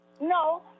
No